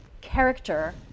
character